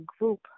group